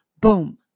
boom